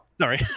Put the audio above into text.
sorry